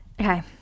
okay